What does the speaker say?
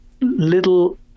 little